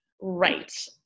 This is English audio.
Right